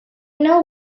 know